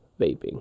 vaping